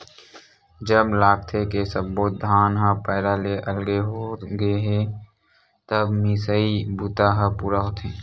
जब लागथे के सब्बो धान ह पैरा ले अलगे होगे हे तब मिसई बूता ह पूरा होथे